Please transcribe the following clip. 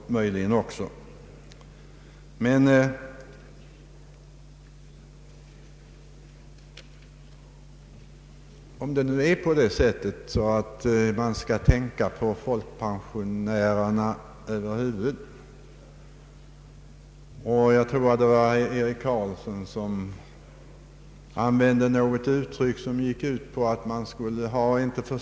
Jag tror att herr Eric Carlsson här använde uttrycket ”ömma för” folkpensionärerna.